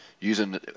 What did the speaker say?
using